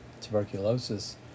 tuberculosis